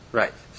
right